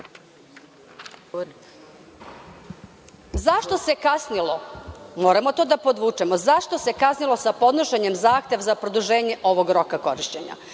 se kasnilo, moramo to da podvučemo, zašto se kasnilo sa podnošenjem zahteva za produženje ovog roka korišćenja?